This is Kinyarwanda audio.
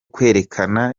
kwerekana